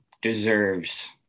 deserves